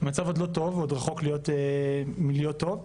שהמצב עוד לא טוב, הוא עוד רחוק מלהיות טוב.